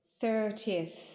thirtieth